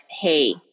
hey